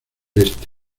este